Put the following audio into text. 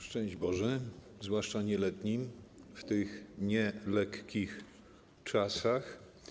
Szczęść Boże! - zwłaszcza nieletnim w tych nielekkich czasach.